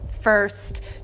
first